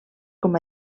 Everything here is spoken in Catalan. com